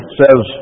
says